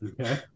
Okay